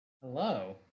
Hello